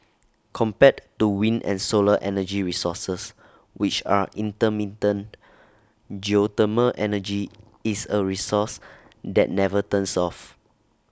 compared to wind and solar energy resources which are intermittent geothermal energy is A resource that never turns off